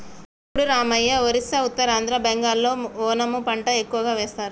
చూడు రామయ్య ఒరిస్సా ఉత్తరాంధ్ర బెంగాల్లో ఓనము పంట ఎక్కువ వేస్తారు